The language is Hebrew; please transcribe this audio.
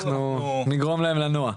נגרום להם לנוע.